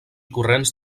corrents